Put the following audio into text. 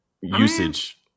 usage